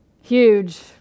Huge